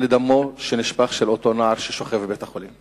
לדם שנשפך של אותו נער ששוכב בבית-החולים.